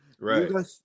Right